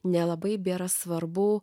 nelabai bėra svarbu